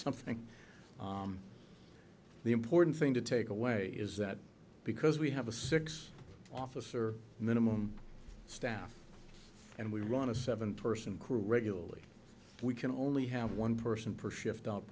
something the important thing to take away is that because we have a six officer minimum staff and we run a seven person crew regularly we can only have one person per shift out